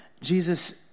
Jesus